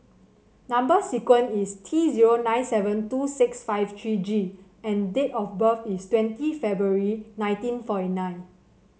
number sequence is T zero nine seven two six five three G and date of birth is twenty February nineteen forty nine